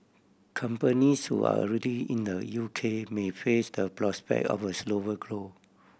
companies who are already in the U K may face the prospect of a slower grow